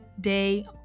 day